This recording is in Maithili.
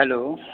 हेलो